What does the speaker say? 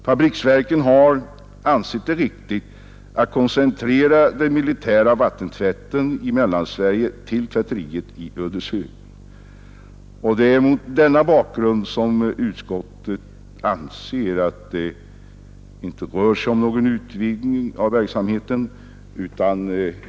Fabriksverken har ansett det riktigt att koncentrera den militära vattentvätten i Mellansverige till tvätteriet i Ödeshög, och det är mot denna bakgrund som utskottet finner att det inte rör sig om någon utvidgning av verksamheten.